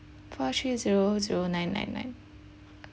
four three zero zero nine nine nine